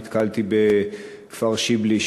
נתקלתי בכפר-שיבלי,